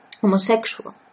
homosexual